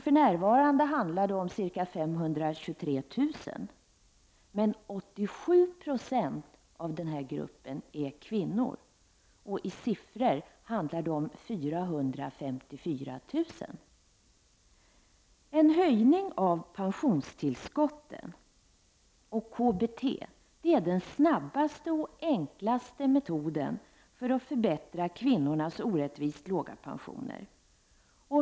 För närvarande handlar det om ca 523 000. 87 Jo av dessa är kvinnor. I siffror handlar det om 454 000. En höjning av pensionstillskotten och KBT är den snabbaste och enklaste metoden att förbättra kvinnornas orättvist låga pensioner.